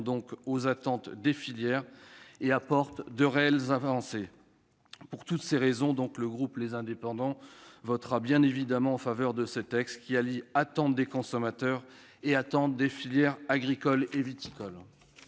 aux attentes des filières et apporte de réelles avancées. Pour toutes ces raisons, le groupe Les Indépendants votera en faveur de ce texte, qui répond aux attentes des consommateurs et à celles des filières agricoles et viticoles.